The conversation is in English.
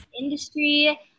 industry